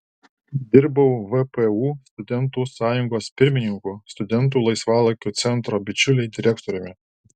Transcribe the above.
dirbau vpu studentų sąjungos pirmininku studentų laisvalaikio centro bičiuliai direktoriumi